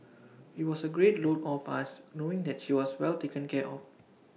IT was A great load off us knowing that she was well taken care of